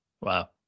wow